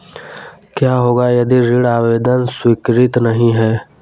क्या होगा यदि ऋण आवेदन स्वीकृत नहीं है?